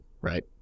right